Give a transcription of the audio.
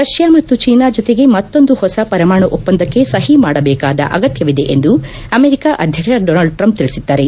ರಷ್ನಾ ಮತ್ನು ಚೀನಾ ಜತೆಗೆ ಮತೊಂದು ಹೊಸ ಪರಮಾಣು ಒಪ್ಪಂದಕ್ಕೆ ಸಹಿ ಮಾಡಬೇಕಾದ ಅಗತ್ವವಿದೆ ಎಂದು ಅಮೆರಿಕ ಅಧ್ವಕ್ಷ ಹೊನಾಲ್ಲೆ ಟ್ರಂಪ್ ತಿಳಿಸಿದ್ದಾರೆ